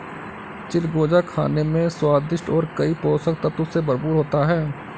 चिलगोजा खाने में स्वादिष्ट और कई पोषक तत्व से भरपूर होता है